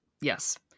Yes